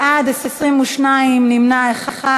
בעד, 22, נמנע אחד.